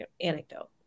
anecdote